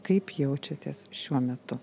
kaip jaučiatės šiuo metu